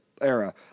era